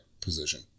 position